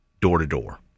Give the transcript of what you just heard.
door-to-door